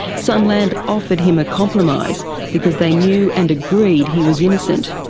sunland offered him a compromise, because they knew and agreed he was innocent.